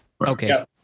Okay